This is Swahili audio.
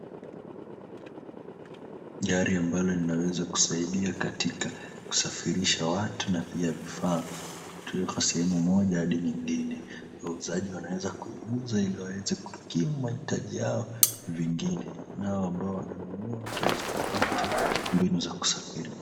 Gari ambalo linaweza kusaidia katika kusafirisha watu na pia vifaa kutoka sehemu moja hadi nyingine. Wauzaji wanaweza kuigiza ili waweze kuhakiki mahitaji yao vingine. Nao ambao wananunua wataweza kupata mbinu za kusafiria.